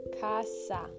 Casa